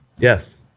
Yes